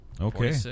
Okay